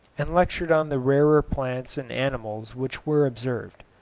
and lectured on the rarer plants and animals which were observed.